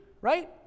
right